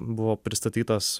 buvo pristatytas